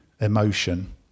emotion